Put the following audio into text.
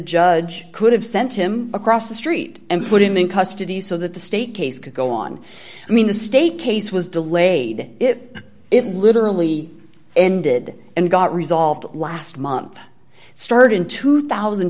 judge could have sent him across the street and put him in custody so that the state case could go on i mean the state case was delayed it it literally ended and got resolved last month started in two thousand